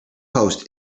post